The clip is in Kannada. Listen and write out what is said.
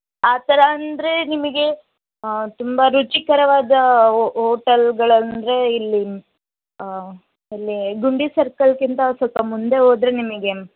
ಆ ಥರ ಅಂದರೆ ನಿಮಗೆ ತುಂಬ ರುಚಿಕರವಾದ ಹೋಟೆಲ್ಗಳಂದರೆ ಇಲ್ಲಿ ಇಲ್ಲಿ ಗುಂಡಿ ಸರ್ಕಲ್ಗಿಂತ ಸ್ವಲ್ಪ ಮುಂದೆ ಹೋದರೆ ನಿಮಗೆ